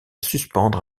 suspendre